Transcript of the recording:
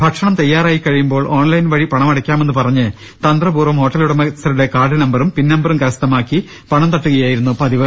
ഭക്ഷണം തയ്യാറായി കഴിയുമ്പോൾ ഓൺ ലൈൻ വഴി പണമടയ്ക്കാമെന്ന് പറഞ്ഞ് തന്ത്രപൂർവ്വം ഹോട്ടലുടമസ്ഥരുടെ കാർഡ് നമ്പറും പിൻനമ്പറും കരസ്ഥമാക്കി പണം തട്ടുകയാണ് പതിവ്